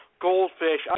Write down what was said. Goldfish